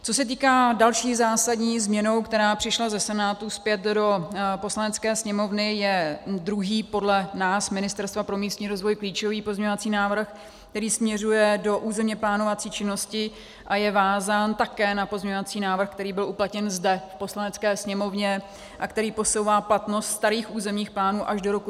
Co se týká další zásadní změny, která přišla ze Senátu zpět do Poslanecké sněmovny, je druhý, podle nás, Ministerstva pro místní rozvoj, klíčový pozměňovací návrh, který směřuje do územně plánovací činnosti a je vázán také na pozměňovací návrh, který byl uplatněn zde v Poslanecké sněmovně a který posouvá platnost starých územních plánů až do roku 2022.